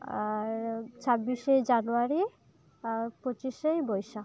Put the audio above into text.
ᱟᱨ ᱪᱷᱟᱵᱽᱵᱤᱥᱮ ᱡᱟᱱᱩᱣᱟᱨᱤ ᱟᱨ ᱯᱚᱸᱪᱤᱥᱮ ᱵᱳᱭᱥᱟᱠ